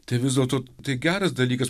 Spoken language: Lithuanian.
tai vis dėlto tai geras dalykas